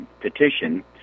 petition